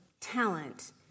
talent